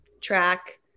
track